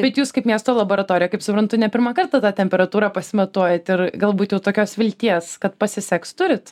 bet jūs kaip miesto laboratorija kaip suprantu ne pirmą kartą tą temperatūrą pasimatuojat ir galbūt jau tokios vilties kad pasiseks turit